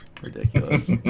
Ridiculous